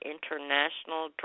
International